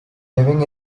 living